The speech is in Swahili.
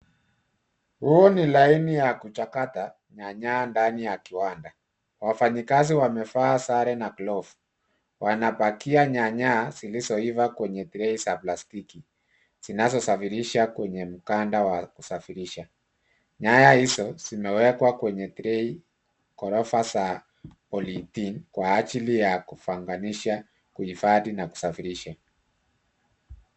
Huu ni laini ya kuchakata nyanya ndani ya kiwanda, wafanyikazi wamevaa sare na glovu, wanapakia nyanya zilizoiva kwenye trei za plastiki, zinazosafirisha kwenye mkanda wa kusafirisha. Nyanya hizo zimewekwa kwenye trei, ghorofa za polythene kwa ajili ya kupanganisha, kuhifadhi na kusafirisha.